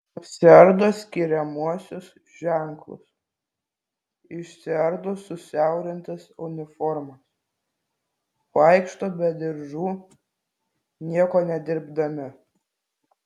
nusiardo skiriamuosius ženklus išsiardo susiaurintas uniformas vaikšto be diržų nieko nedirbdami